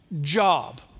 job